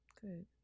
Good